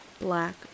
black